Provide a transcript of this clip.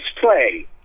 play